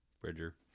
bridger